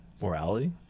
morality